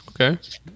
Okay